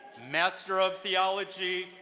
master of theology,